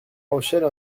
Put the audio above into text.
rochelle